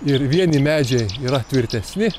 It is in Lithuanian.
ir vieni medžiai yra tvirtesni